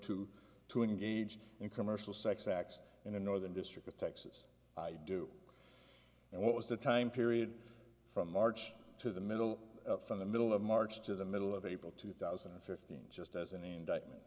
two to engage in commercial sex acts in the northern district of texas i do and what was the time period from march to the middle from the middle of march to the middle of april two thousand and fifteen just as an indictment